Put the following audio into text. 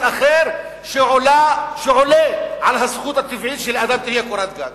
אחר שעולה על הזכות הטבעית שלאדם תהיה קורת גג.